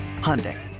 Hyundai